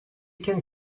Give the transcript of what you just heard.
can